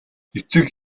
эцэг